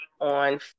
On